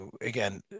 again